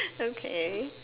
okay